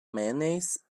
mayonnaise